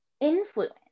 influence